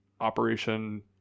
operation